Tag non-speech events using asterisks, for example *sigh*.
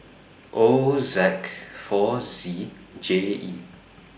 O *unintelligible* four Z J E